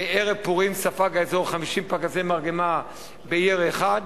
ערב פורים ספג האזור 50 פגזי מרגמה בירי אחד,